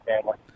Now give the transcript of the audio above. family